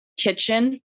kitchen